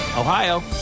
Ohio